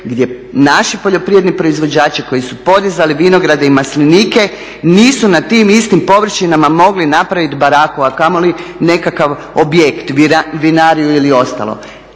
gdje naši poljoprivredni proizvođači koji su podizali vinograde i maslinike nisu na tim istim površinama mogli napraviti baraku, a kamoli nekakav objekt vinariju ili ostalo.